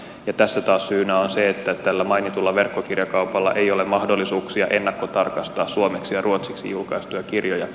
tässä taas syynä on se että tällä mainitulla verkkokirjakaupalla ei ole mahdollisuuksia ennakkotarkastaa suomeksi ja ruotsiksi julkaistuja kirjoja